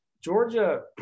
Georgia